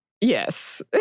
Yes